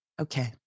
Okay